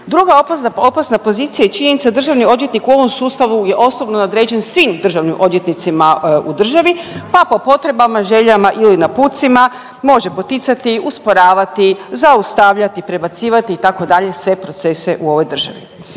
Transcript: Druga opasna pozicija je činjenica, državni odvjetnik u ovom sustavu je osobno nadređen svim državnim odvjetnicima u državi pa po potrebama, željama ili napucima može poticati, usporavati, zaustavljati, prebacivati, itd., sve procese u ovoj državi.